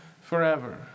forever